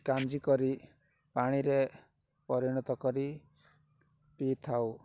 କାଞ୍ଜି କରି ପାଣିରେ ପରିଣତ କରି ପିଇଥାଉ